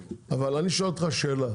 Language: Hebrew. אבל אני אשאל אותך שאלה,